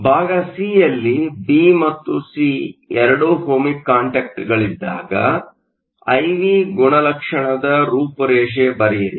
ಭಾಗ ಸಿಯಲ್ಲಿ ಬಿ ಮತ್ತು ಸಿ ಎರಡೂ ಓಹ್ಮಿಕ್ ಕಾಂಟ್ಯಾಕ್ಟ್Ohmic contactಗಳಿದ್ದಾಗ ಐ ವಿ ಗುಣಲಕ್ಷಣದ ರೂಪುರೇಷೆ ಬರೆಯಿರಿ